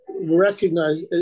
recognize